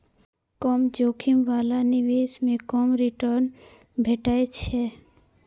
कम जोखिम बला निवेश मे कम रिटर्न भेटै छै